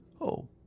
Oh